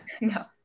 No